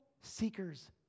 seekers